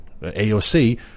AOC